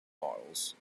models